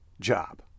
job